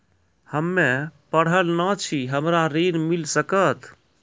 हम्मे पढ़ल न छी हमरा ऋण मिल सकत?